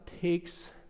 takes